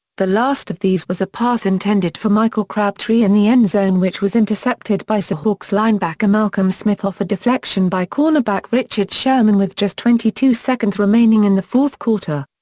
the last of these was a pass intended for michael crabtree in the endzone which was intercepted by seahawks linebacker malcolm smith off a deflection by cornerback richard sherman with just twenty two seconds remaining in the fourth quarter.